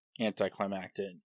anticlimactic